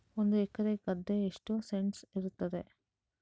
ಒಂದು ಎಕರೆ ಗದ್ದೆ ಎಷ್ಟು ಸೆಂಟ್ಸ್ ಇರುತ್ತದೆ?